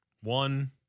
one